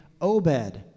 Obed